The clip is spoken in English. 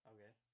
Okay